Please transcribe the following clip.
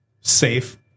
safe